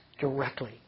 directly